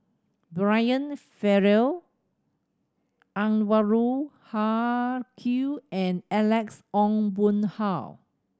Brian Farrell Anwarul Haque and Alex Ong Boon Hau